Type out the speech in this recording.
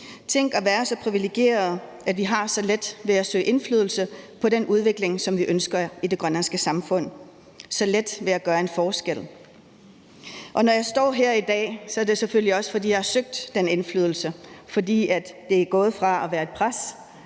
Tænk at være så privilegeret, at vi har så let ved at søge indflydelse på den udvikling, som vi ønsker i det grønlandske samfund, så let ved at gøre en forskel, og når jeg står her i dag, er det selvfølgelig også, fordi jeg har søgt den indflydelse, fordi det er gået fra at være et pres